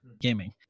Gaming